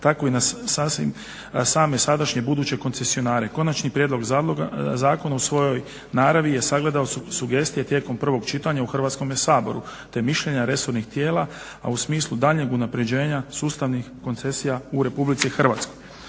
tako i na same sadašnje, buduće koncesionare. Konačni prijedlog zakona u svojoj naravi je sagledao sugestije tijekom prvog čitanja u Hrvatskom saboru te mišljenja resornih tijela, a u smislu daljnjeg unapređenja sustavnih koncesija u Republici Hrvatskoj.